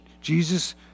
Jesus